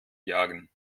jagen